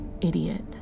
Idiot